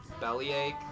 Bellyache